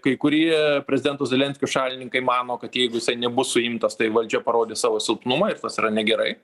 kai kurie prezidento zelenskio šalininkai mano kad jeigu jisai nebus suimtas tai valdžia parodė savo silpnumą ir tas yra negerai